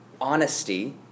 Honesty